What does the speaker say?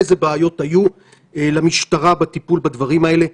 אילו בעיות היו למשטרה בטיפול בדברים האלה.